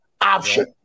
option